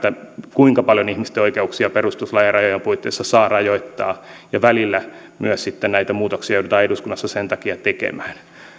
kuinka paljon ihmisten oikeuksia perustuslain rajojen puitteissa saa rajoittaa välillä sitten näitä muutoksia myös joudutaan eduskunnassa sen takia tekemään